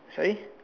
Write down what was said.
sorry